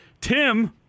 Tim